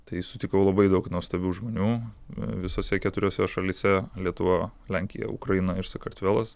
tai sutikau labai daug nuostabių žmonių visose keturiose šalyse lietuva lenkija ukraina ir sakartvelas